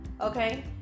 Okay